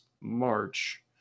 March